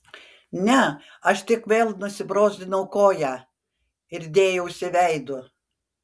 ne aš tik vėl nusibrozdinau koją ir dėjausi veidu